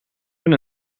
hun